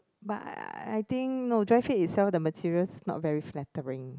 but I I I think dry fit itself the material not very flattering